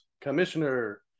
commissioner